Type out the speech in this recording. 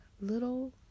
little